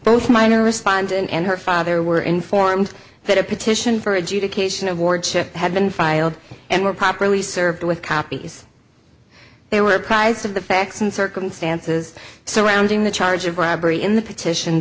both minor respond and her father were informed that a petition for adjudication of ward ship had been filed and were properly served with copies they were apprised of the facts and circumstances surrounding the charge of bribery in the petition